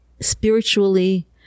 spiritually